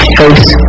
face